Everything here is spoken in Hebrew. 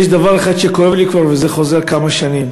יש דבר אחד שכואב לי כבר וזה חוזר כמה שנים: